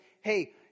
hey